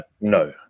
no